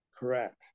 Correct